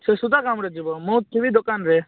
ସେ ସୂତା କାମରେ ଯିବ ମୋ ଚିନି ଦୋକାନରେ